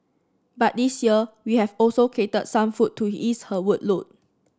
but this year we have also catered some food to ease her workload